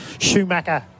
Schumacher